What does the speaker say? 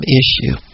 issue